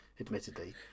admittedly